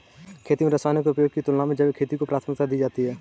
खेती में रसायनों के उपयोग की तुलना में जैविक खेती को प्राथमिकता दी जाती है